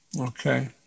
Okay